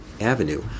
avenue